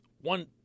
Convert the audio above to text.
one